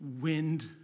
wind